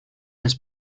has